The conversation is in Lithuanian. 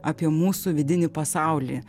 apie mūsų vidinį pasaulį